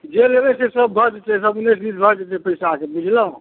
जे लेबै से सब भऽ जेतै सब उन्नैस बीस भऽ जेतै पैसाके बुझलहुॅं